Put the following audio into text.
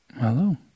Hello